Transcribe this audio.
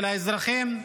של האזרחים,